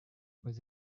was